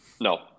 no